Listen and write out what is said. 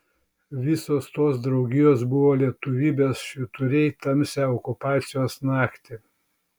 visos tos draugijos buvo lietuvybės švyturiai tamsią okupacijos naktį